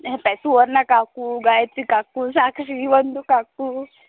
हे पहा सुवर्ना काकू गायत्री काकू साक्षी वंदू काकू